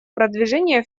продвижения